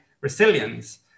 resilience